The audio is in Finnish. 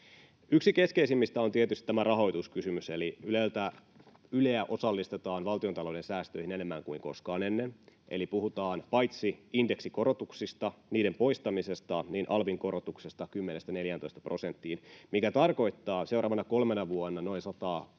Yksi keskeisimmistä on tietysti tämä rahoituskysymys, eli Yleä osallistetaan valtiontalouden säästöihin enemmän kuin koskaan ennen, eli puhutaan paitsi indeksikorotuksista, niiden poistamisesta, myös alvin korotuksesta 10:stä 14 prosenttiin, mikä tarkoittaa seuraavana kolmena vuonna noin 130 miljoonaa